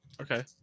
Okay